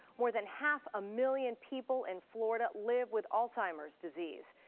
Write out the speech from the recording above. more than half a million people in florida live with alzheimer's disease.